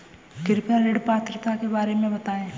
कृपया ऋण पात्रता के बारे में बताएँ?